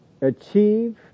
achieve